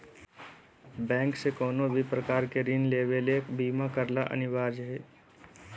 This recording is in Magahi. बैंक से कउनो भी प्रकार के ऋण लेवे ले बीमा करला अनिवार्य हय